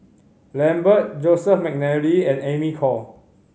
Lambert Joseph McNally and Amy Khor